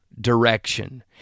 direction